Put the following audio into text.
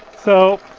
so,